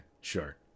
sure